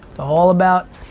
all about.